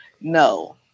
No